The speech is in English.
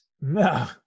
No